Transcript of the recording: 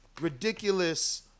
ridiculous